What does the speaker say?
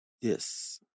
Yes